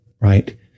right